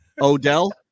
Odell